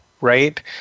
right